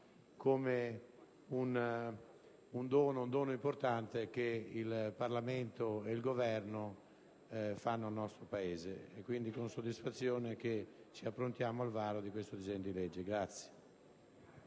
come un dono importante che il Parlamento e il Governo fanno al nostro Paese. È quindi con soddisfazione che ci approntiamo al varo di questo disegno di legge.